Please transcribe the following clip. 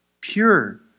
pure